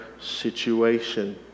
situation